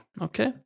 okay